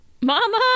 Mama